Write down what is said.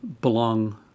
belong